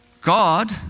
God